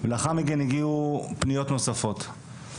ולאחר מכן הגיעו פנייה נוספות.